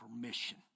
permission